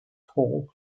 hall